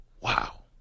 Wow